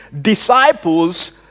disciples